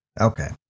Okay